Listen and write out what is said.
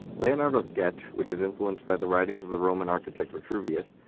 leonardo's sketch, which is influenced by the writings of the roman architect, vitruvius,